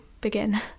begin